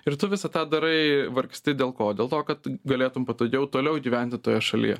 ir tu visą tą darai vargsti dėl ko dėl to kad galėtum patogiau toliau gyventi toje šalyje